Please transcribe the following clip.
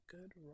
good